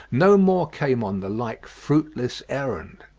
no more came on the like fruitless errand.